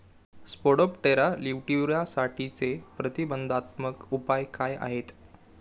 Spodoptera लिट्युरासाठीचे प्रतिबंधात्मक उपाय काय आहेत?